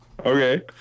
Okay